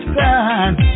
time